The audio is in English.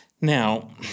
Now